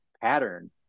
pattern